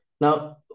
Now